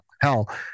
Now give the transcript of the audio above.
Hell